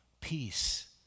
peace